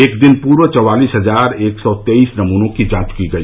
एक दिन पूर्व चौवालीस हजार एक सौ तेईस नमूनों की जांच की गई